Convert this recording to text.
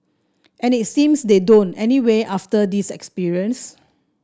and it seems they don't anyway after this experience